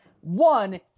one